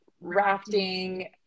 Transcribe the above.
rafting